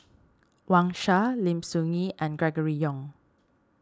Wang Sha Lim Soo Ngee and Gregory Yong